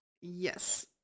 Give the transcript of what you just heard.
Yes